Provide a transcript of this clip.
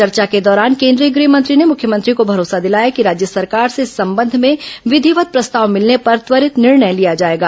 चर्चा के दौरान केंद्रीय गृह मंत्री ने मुख्यमंत्री को भरोसा दिलाया कि राज्य सरकार से इस संबंध में विधिवत प्रस्ताव मिलने पर त्वरित निर्णय लिया जाएगा